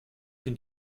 dem